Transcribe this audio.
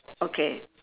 okay